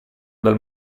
dal